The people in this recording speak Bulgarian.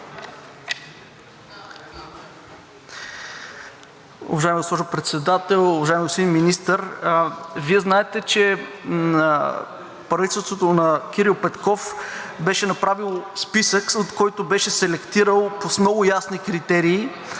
Уважаема госпожо Председател! Уважаеми господин Министър, Вие знаете, че правителството на Кирил Петков беше направило списък, от който беше селектирал с много ясни критерии